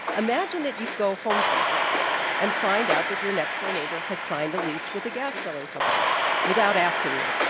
imagine that you'd go home tonight and find out that your next-door neighbor has signed a lease with a gas drilling company without asking you.